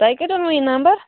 تۄہہِ کَتہِ اوٚنوٕ یہِ نمبر